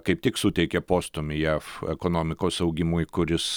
kaip tik suteikė postūmį jav ekonomikos augimui kuris